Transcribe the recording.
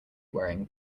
wearing